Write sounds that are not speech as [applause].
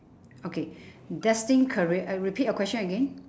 okay [breath] destined career uh repeat your question again